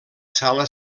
sala